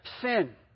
sin